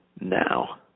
now